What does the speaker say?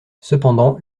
cependant